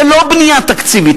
ולא בנייה תקציבית.